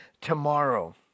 tomorrow